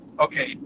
okay